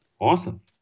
Awesome